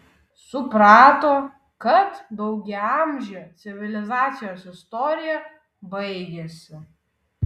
suprato kad daugiaamžė civilizacijos istorija baigiasi